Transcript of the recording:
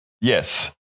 Yes